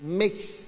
makes